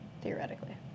Theoretically